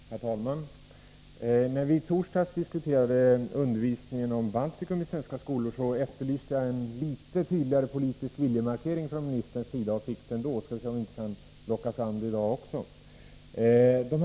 Herr talman! När vi i torsdags diskuterade undervisningen om Baltikum i svenska skolor efterlyste jag en litet tydligare politisk viljemarkering från ministerns sida och fick den då. Jag skulle vilja se om vi inte kan locka fram denna vilja också i dag.